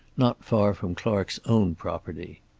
not far from clark's own property.